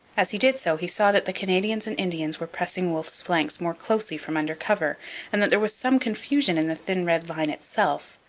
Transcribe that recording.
as he did so he saw that the canadians and indians were pressing wolfe's flanks more closely from under cover and that there was some confusion in the thin red line itself,